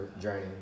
journey